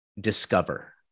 discover